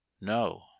no